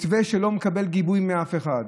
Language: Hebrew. מתווה שלא מקבל גיבוי מאף אחד,